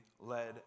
led